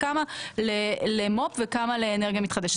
וכמה למו"פ וכמה לאנרגיה מתחדשת.